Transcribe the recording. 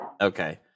Okay